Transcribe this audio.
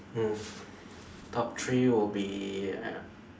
mm top three would be